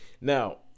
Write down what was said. now